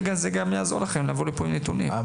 זה גם יעזור לכם לבוא עם נתונים לפה.